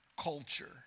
culture